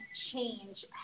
change